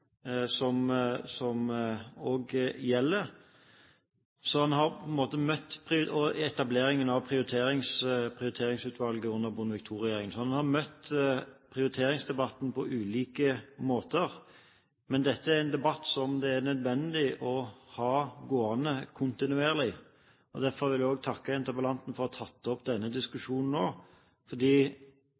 og til etableringen av Prioriteringsutvalget under Bondevik II-regjeringen. En har møtt prioriteringsdebatten på ulike måter, men dette er en debatt som det er nødvendig å ha gående kontinuerlig. Derfor vil jeg takke interpellanten for å ha reist denne debatten nå,